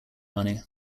money